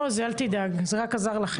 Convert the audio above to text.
אל תדאג, זה רק עזר לכם.